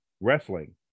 Wrestling